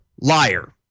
liar